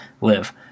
live